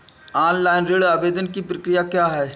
Online ऋण आवेदन की प्रक्रिया क्या है?